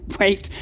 wait